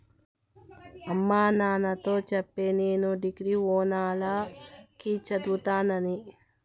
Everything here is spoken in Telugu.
అమ్మ నాయనతో చెప్పవే నేను డిగ్రీల ఓనాల కి చదువుతానని